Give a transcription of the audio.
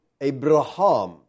Abraham